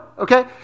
Okay